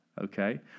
okay